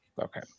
okay